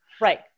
Right